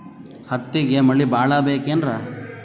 ಹತ್ತಿಗೆ ಮಳಿ ಭಾಳ ಬೇಕೆನ್ರ?